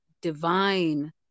divine